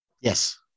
Yes